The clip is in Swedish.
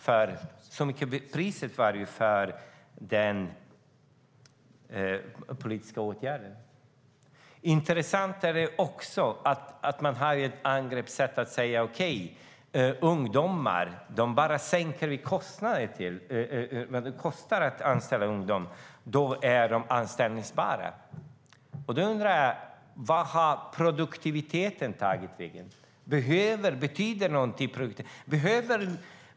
Så högt blev priset för den politiska åtgärden. Intressant är det också att man har angreppssättet att säga: Bara vi sänker kostnaderna för att anställa ungdomar blir de anställbara. Då undrar jag: Vart har produktiviteten tagit vägen? Betyder den någonting?